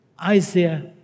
Isaiah